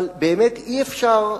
אבל באמת אי-אפשר,